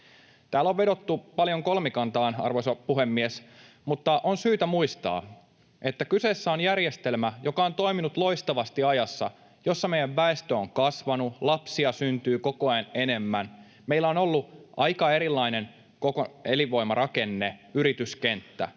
Täällä on vedottu paljon kolmikantaan, arvoisa puhemies, mutta on syytä muistaa, että kyseessä on järjestelmä, joka on toiminut loistavasti ajassa, jossa meidän väestömme on kasvanut, lapsia syntyy koko ajan enemmän. Meillä on ollut aika erilainen koko elinvoimarakenne, yrityskenttä.